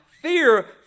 fear